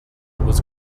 was